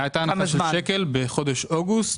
הייתה הנחה של שקל בחודשים אוגוסט,